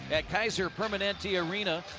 at kaiser permanente arena,